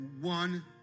one